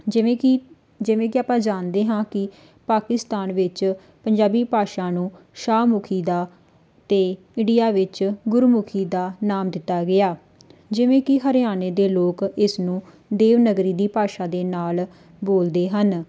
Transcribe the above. ਜਿਵੇਂ ਕਿ ਜਿਵੇਂ ਕਿ ਆਪਾਂ ਜਾਣਦੇ ਹਾਂ ਕਿ ਪਾਕਿਸਤਾਨ ਵਿੱਚ ਪੰਜਾਬੀ ਭਾਸ਼ਾ ਨੂੰ ਸ਼ਾਹਮੁਖੀ ਦਾ ਅਤੇ ਇੰਡੀਆ ਵਿੱਚ ਗੁਰਮੁਖੀ ਦਾ ਨਾਮ ਦਿੱਤਾ ਗਿਆ ਜਿਵੇਂ ਕਿ ਹਰਿਆਣੇ ਦੇ ਲੋਕ ਇਸ ਨੂੰ ਦੇਵਨਾਗਰੀ ਦੀ ਭਾਸ਼ਾ ਦੇ ਨਾਲ ਬੋਲਦੇ ਹਨ